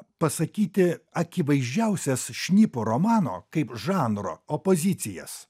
pasakyti akivaizdžiausias šnipo romano kaip žanro opozicijas